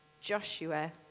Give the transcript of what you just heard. Joshua